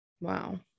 Wow